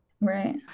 Right